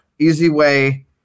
EasyWay